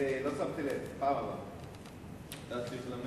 ההצעה להעביר את הנושא לוועדה שתקבע ועדת הכנסת נתקבלה.